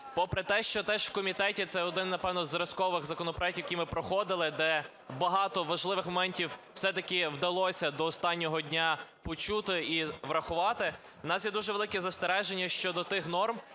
Попри те, що теж в комітеті це один, напевно, із зразкових законопроектів, які ми проходили, де багато важливих моментів все-таки вдалося до останнього дня почути і врахувати, у нас є дуже велике застереження, щодо тих норм,